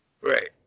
Right